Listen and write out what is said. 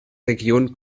region